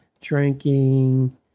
drinking